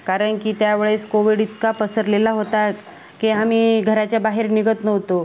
कारण की त्यावेळेस कोविड इतका पसरलेला होता की आम्ही घराच्याबाहेर निघत नव्हतो